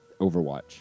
Overwatch